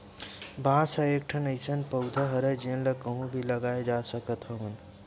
बांस ह एकठन अइसन पउधा हरय जेन ल कहूँ भी लगाए जा सकत हवन